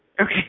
Okay